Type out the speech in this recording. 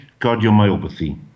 cardiomyopathy